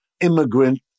immigrant